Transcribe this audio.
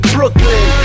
Brooklyn